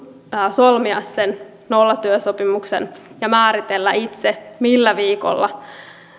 solmia sen nollatyösopimuksen ja määritellä itse millä viikolla